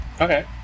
Okay